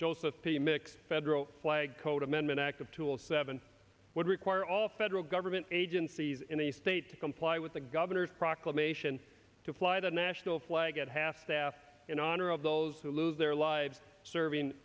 joseph p mc federal flag code amendment act of two of seven would require all federal government agencies in the state to comply with the governor's proclamation to fly the national flag at half staff in honor of those who lose their lives serving